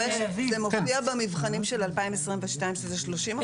מופיע במבחנים של 2022 שזה 30%?